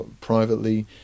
privately